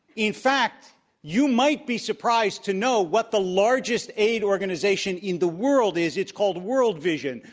in fact you might be surprised to know what the largest aid organization in the world is. it's called world vision,